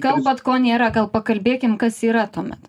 kalbat ko nėra gal pakalbėkim kas yra tuomet